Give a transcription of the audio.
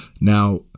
now